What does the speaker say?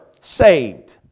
saved